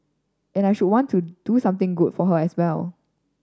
and I should want to do something good for her as well